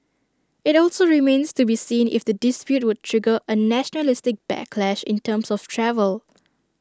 IT also remains to be seen if the dispute would trigger A nationalistic backlash in terms of travel